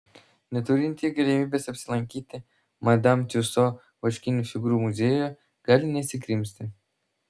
neturintieji galimybės apsilankyti madam tiuso vaškinių figūrų muziejuje gali nesikrimsti